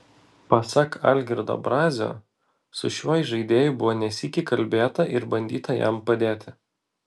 pasak algirdo brazio su šiuo įžaidėju buvo ne sykį kalbėta ir bandyta jam padėti